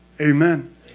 Amen